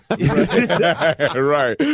Right